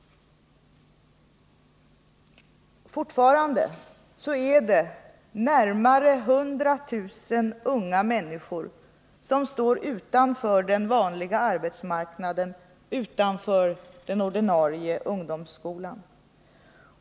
Fortfarande är det närmare 100 000 unga människor som står utanför den vanliga arbetsmarknaden, utanför den ordinarie ungdomsskolan.